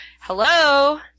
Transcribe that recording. hello